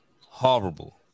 horrible